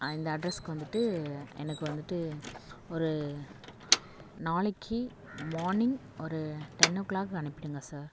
ஆ இந்த அட்ரஸ்க்கு வந்துட்டு எனக்கு வந்துட்டு ஒரு நாளைக்கு மார்னிங் ஒரு டென் ஓ கிளாக் அனுப்பிவிடுங்க சார்